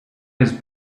his